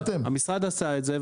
המשרד עשה את זה,